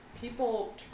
people